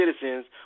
citizens